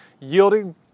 yielding